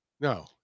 no